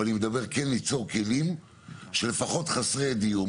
אבל אני מדבר כן ליצור כלים שלפחות חסרי דיור,